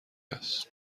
است